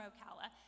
Ocala